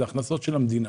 אלה הכנסות של המדינה.